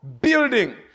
building